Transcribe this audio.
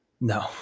No